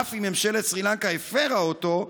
אף אם ממשלת סרי לנקה הפרה אותו,